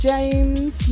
James